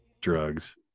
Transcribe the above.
Drugs